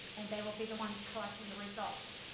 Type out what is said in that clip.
and they will be the ones collecting the results.